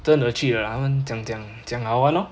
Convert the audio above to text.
真的去的啦他们讲讲讲好玩 lor